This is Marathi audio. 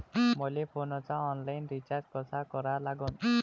मले फोनचा ऑनलाईन रिचार्ज कसा करा लागन?